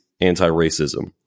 Anti-Racism